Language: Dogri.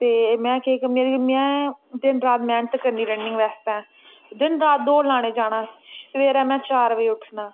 ते में केह् करना में दिन रात मैह्नत करनी रनिंग बास्तै दिन रात दोड़ लाने जाना सवेरे में चार बजे उट्ठना